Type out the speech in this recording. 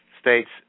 states